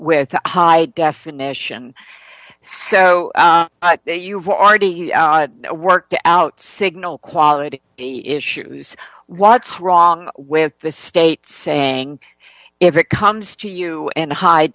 with a high definition so you've already worked out signal quality issues what's wrong with the state saying if it comes to you and hide